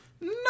No